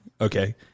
okay